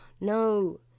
No